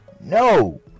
No